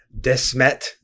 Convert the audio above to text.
Desmet